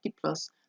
plus